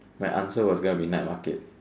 my answer was gonna be night market